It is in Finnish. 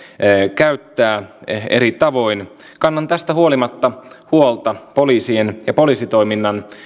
käyttää eri tavoin kannan tästä huolimatta huolta poliisien ja poliisitoiminnan